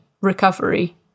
recovery